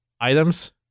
items